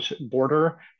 border